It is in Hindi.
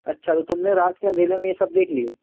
अच्छा तो तुम ने रात के अंधेरे में यह सब देख लिया